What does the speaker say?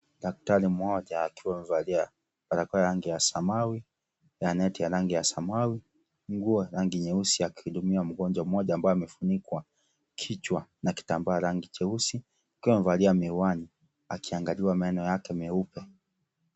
Daktari mmoja akiwa amevalia barakoa ya rangi ya samawi, na neti ya rangi ya samawi nguo ya rangi nyeusi akihudumia mgonjwa mmoja ambaye amefunikwa kichwa na kitambaa rangi jeusi, pia amevalia miwani akiangaliwa meno yake meupe.